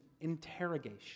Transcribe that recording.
interrogation